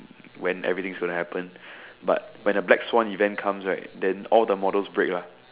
when everything is gonna happen but when the black Swan event comes right then all the models break lah